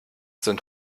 sind